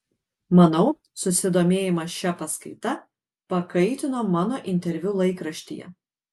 manau susidomėjimą šia paskaita pakaitino mano interviu laikraštyje